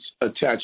attached